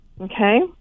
Okay